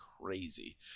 crazy